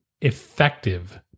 effective